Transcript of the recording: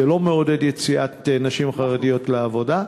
זה לא מעודד יציאת נשים חרדיות לעבודה.